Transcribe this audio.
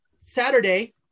Saturday